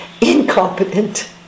incompetent